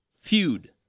feud